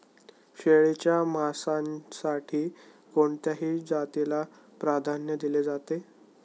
शेळीच्या मांसासाठी कोणत्या जातीला प्राधान्य दिले जाते?